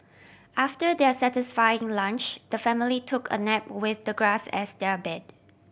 after their satisfying lunch the family took a nap with the grass as their bed